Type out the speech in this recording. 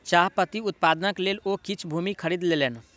चाह पत्ती उत्पादनक लेल ओ किछ भूमि खरीद लेलैन